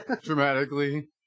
dramatically